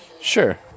Sure